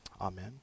Amen